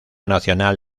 nacional